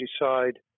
decide